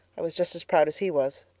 i was just as proud as he was.